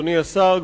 אדוני השר,